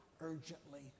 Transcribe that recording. urgently